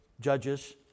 Judges